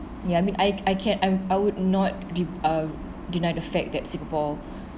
ya I mean I I can I'm I would not uh denied the fact that singapore